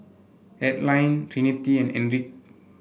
Aline Trinity and Enrique